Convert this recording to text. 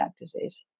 disease